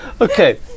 Okay